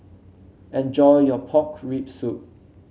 enjoy your Pork Rib Soup